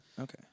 Okay